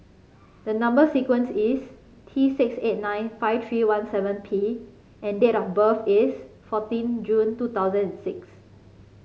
the number sequence is T six eight nine five three one seven P and date of birth is fourteen June two thousand and six